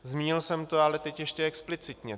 Zmínil jsem to, ale teď ještě explicitně.